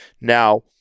Now